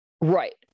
Right